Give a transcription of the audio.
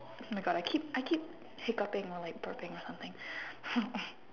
oh my God I keep I keep hiccupping or like burping or something